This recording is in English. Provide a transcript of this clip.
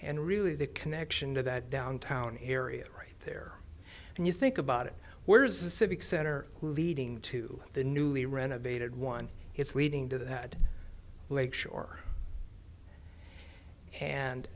and really the connection to that downtown area right there and you think about it where is a civic center leading to the newly renovated one is leading to that lake shore and